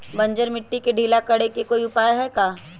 बंजर मिट्टी के ढीला करेके कोई उपाय है का?